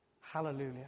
Hallelujah